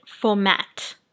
format